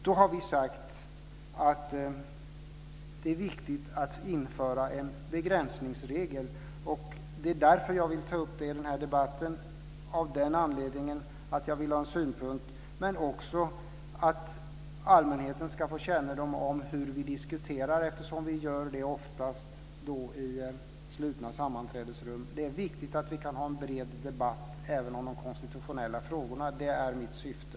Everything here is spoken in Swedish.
Vi har sagt att det är viktigt att införa en begränsningsregel. Anledningen till att jag tar upp frågan i debatten är att jag vill höra synpunkter, men också att allmänheten ska få kännedom om hur vi diskuterar eftersom vi oftast gör det i slutna sammanträdesrum. Det är viktigt att vi kan ha en bred debatt även om de konstitutionella frågorna. Det är mitt syfte.